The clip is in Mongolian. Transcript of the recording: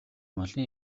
малын